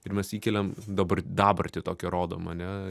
ir mes įkeliam dabar dabartį tokią rodom ane